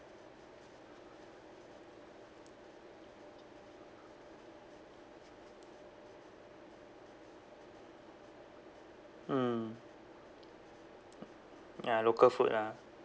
mm ya local food ah